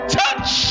touch